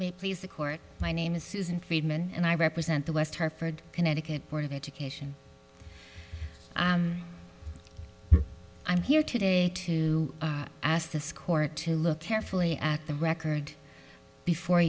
me please the court my name is susan friedman and i represent the west hartford connecticut board of education i'm here today to ask this court to look carefully at the record before